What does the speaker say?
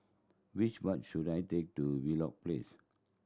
which bus should I take to Wheelock Place